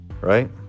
right